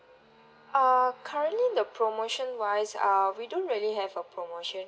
uh currently the promotion wise uh we don't really have a promotion